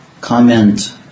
comment